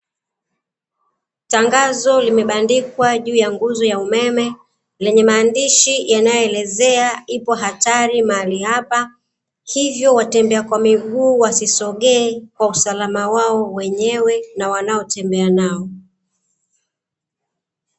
Tangazo limebandikwa juu ya nguzo ya umeme lenye maandishi yanayoelezea, ipo hatari mahali hapa hivyo watembea kwa miguu wasisogee kwa usalama wao wenywe na wanaotembea nao.